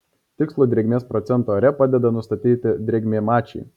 tikslų drėgmės procentą ore padeda nustatyti drėgmėmačiai